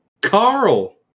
Carl